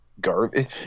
garbage